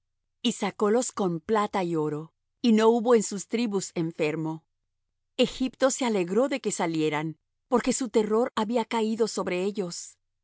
y sacólos con plata y oro y no hubo en sus tribus enfermo egipto se alegró de que salieran porque su terror había caído sobre ellos